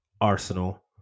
Arsenal